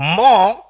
more